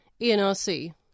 ENRC